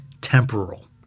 temporal